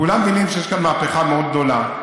כולם מבינים שיש כאן מהפכה מאוד גדולה,